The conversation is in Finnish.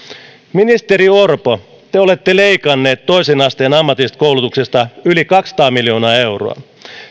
ministeri orpo te te olette leikanneet toisen asteen ammatillisesta koulutuksesta yli kaksisataa miljoonaa euroa